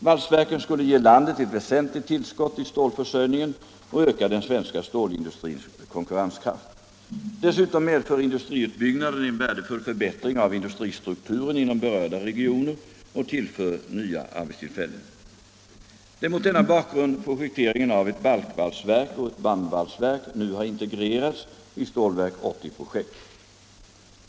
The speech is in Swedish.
Valsverken skulle ge landet ett väsentligt tillskott i stålförsörjningen och öka den svenska stålindustrins konkurrenskraft. Dessutom medför industriutbyggnaderna en värdefull förbättring av industristrukturen inom berörda regioner och tillför den nya arbetstillfällen. Det är mot denna bakgrund projekteringen av ett balkvalsverk och ett bandvalsverk nu har integrerats i Stålverk 80-projektet.